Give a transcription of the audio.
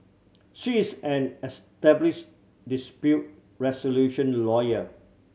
she's an established dispute resolution lawyer